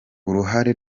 uruhare